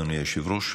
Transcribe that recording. אדוני היושב-ראש,